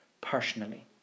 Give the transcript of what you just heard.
personally